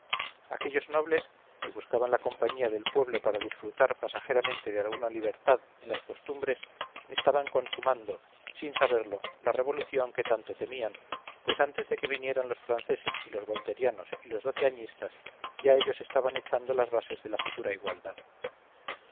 aquellos nobles que buscaban la compañía del pueblo para disfrutar pasajeramente de alguna libertad en las costumbres estaban consumando sin saberlo la revolución que tanto temían pues antes de que vinieran los franceses y los volterianos y los doceañistas ya ellos estaban echando las bases de la futura igualdad